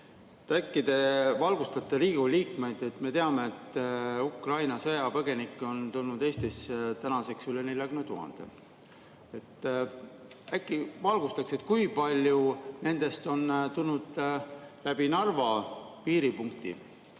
Äkki te valgustaksite Riigikogu liikmeid? Me teame, et Ukraina sõjapõgenikke on tulnud Eestisse tänaseks üle 40 000. Äkki te valgustaksite, kui paljud nendest on tulnud läbi Narva piiripunkti?